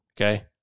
Okay